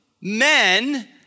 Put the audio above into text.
men